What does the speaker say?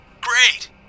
Great